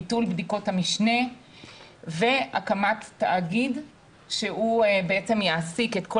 ביטול בדיקות המשנה והקמת תאגיד שהוא בעצם יעסיק את כל